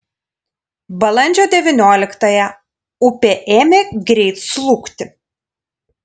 balandžio devynioliktąją upė ėmė greit slūgti